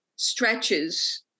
stretches